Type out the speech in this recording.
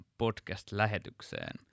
podcast-lähetykseen